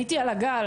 הייתי על הגל,